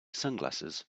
sunglasses